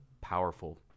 powerful